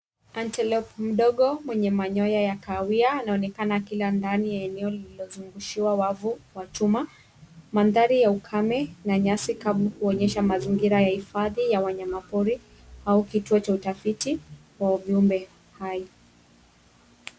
Antellope mdogo mwenye manyoya ya kahawia anaonekana akila ndani ya eneo lililozungushiwa wavu wa chuma. Mandhari ya ukame na nyasi kavu huonyesha mazingira ya hifadhi ya wanyamapori au kituo cha utafiti wa viumbe hai.